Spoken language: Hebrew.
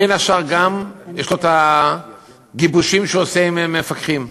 בין השאר, הוא גם עושה גיבושים עם מפקחים.